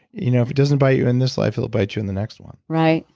you know, if it doesn't bite you in this life it'll bite you in the next one right,